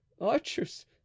Archers